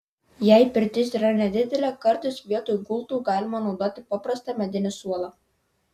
jei pirtis yra nedidelė kartais vietoj gultų galima naudoti paprastą medinį suolą